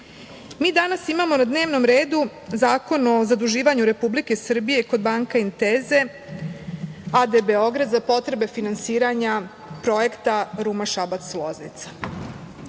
danas imamo na dnevnom redu Zakon o zaduživanju Republike Srbije kod „Banca Intesa AD Beograd“ za potrebe finansiranja Projekta „Ruma – Šabac –